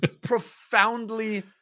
profoundly